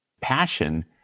passion